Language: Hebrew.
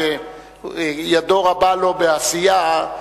שידיו רב לו בעשייה,